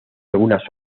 algunas